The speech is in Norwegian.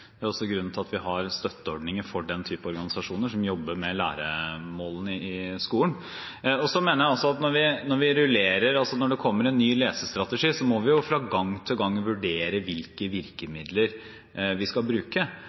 Det er også grunnen til at vi har støtteordninger for den type organisasjoner, som jobber med læremålene i skolen. Jeg mener at når det kommer en ny lesestrategi, må vi fra gang til gang vurdere hvilke virkemidler vi skal bruke.